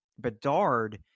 Bedard